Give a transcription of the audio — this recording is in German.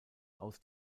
aus